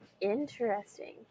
interesting